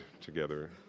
together